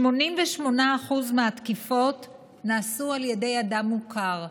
88% מהתקיפות נעשו על ידי אדם מוכר: